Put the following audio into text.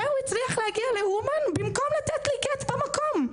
והוא הצליח להגיע לאומן במקום לתת לי גט במקום.